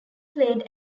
played